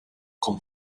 con